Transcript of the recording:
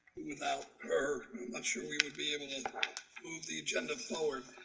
without her i'm not sure we would be able to move the agenda forward.